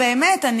אני